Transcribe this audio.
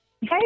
Hey